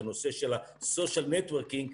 בנושא של ה- social networking,